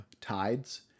tides